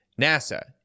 NASA